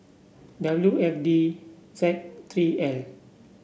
W F D Z three L